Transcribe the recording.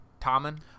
Tommen